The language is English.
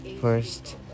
first